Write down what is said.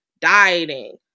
dieting